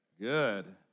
Good